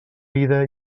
vida